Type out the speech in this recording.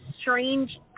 strange